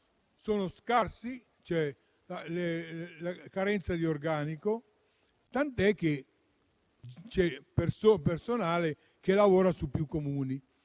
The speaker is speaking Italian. tecnici. C'è carenza di organico, tanto che c'è personale che lavora su più Comuni.